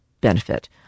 benefit